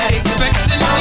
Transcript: expecting